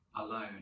alone